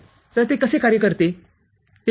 तर ते कसे कार्य करते ते पाहूया